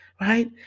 right